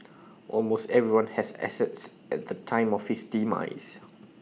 almost everyone has assets at the time of his demise